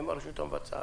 הם הרשות המבצעת,